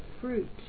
fruit